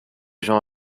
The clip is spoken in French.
gens